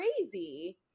crazy